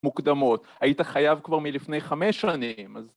‫מוקדמות. ‫היית חייב כבר מלפני חמש שנים, אז